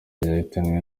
yahitanywe